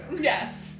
Yes